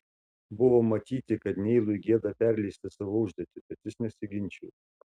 buvo matyti kad neilui gėda perleisti savo užduotį bet jis nesiginčijo